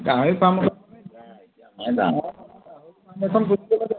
গাহৰি ফাৰ্ম